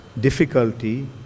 difficulty